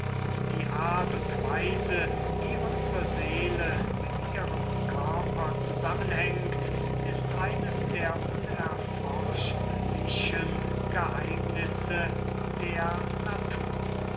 die art und weise wie unsre seele mit ihrem körper zusammenhängt ist eines der unerforschlichen geheimnisse der natur